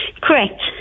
Correct